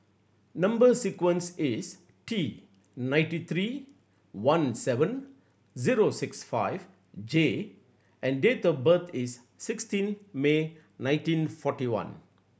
number sequence is T nineteen three one seven zero six five J and date of birth is sixteen May nineteen forty one